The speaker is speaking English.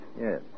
Yes